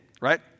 right